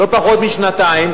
לא פחות משנתיים,